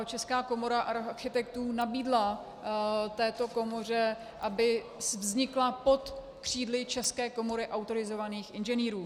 Česká komora architektů nabídla této komoře, aby vznikla pod křídly České komory autorizovaných inženýrů.